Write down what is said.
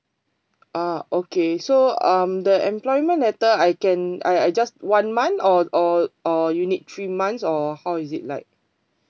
ah okay so um the employment letter I can I I just one month or or or you need three months or how is it like